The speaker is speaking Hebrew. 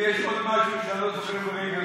ויש עוד משהו שאני לא זוכר ברגע זה.